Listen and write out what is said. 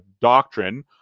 doctrine